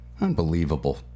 Unbelievable